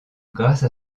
grâce